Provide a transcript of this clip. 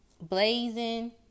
Blazing